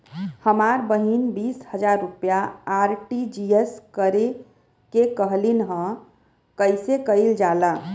हमर बहिन बीस हजार रुपया आर.टी.जी.एस करे के कहली ह कईसे कईल जाला?